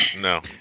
No